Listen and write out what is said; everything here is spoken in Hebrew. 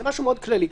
זה משהו מאוד כללי.